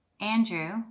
Andrew